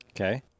Okay